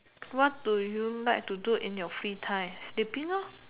what do you like to do in your free time sleeping